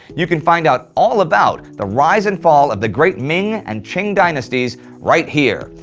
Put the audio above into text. you can find out all about the rise and fall of the great ming and qing dynasties right here,